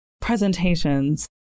presentations